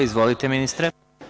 Izvolite, ministre.